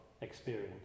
experience